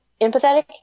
empathetic